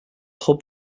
hub